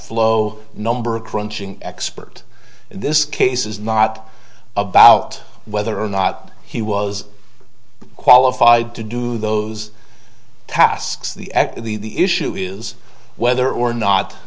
flow number crunching expert this case is not about whether or not he was qualified to do those tasks the issue is whether or not